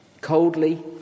Coldly